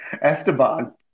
Esteban